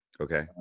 Okay